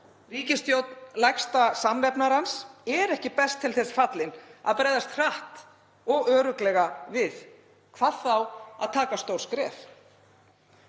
ríkisstjórn lægsta samnefnarans er ekki best til þess fallin að bregðast hratt og örugglega við. Hvað þá stíga stór skref.